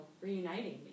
reuniting